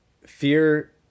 Fear